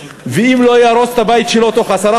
ואם הוא לא יהרוס את הבית שלו בתוך עשרה